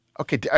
Okay